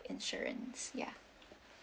insurance ya